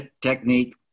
technique